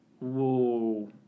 Whoa